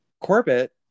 Corbett